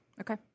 Okay